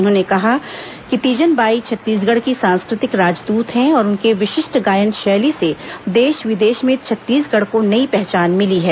उन्होंने कहा है कि तीजन बाई छत्तीसगढ़ की सांस्कृतिक राजदूत हैं और उनके विशिष्ट गायन शैली से देश विदेश में छत्तीसगढ़ को नई पहचान मिली है